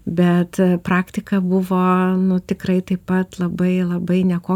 bet praktika buvo nu tikrai taip pat labai labai ne kokio lygio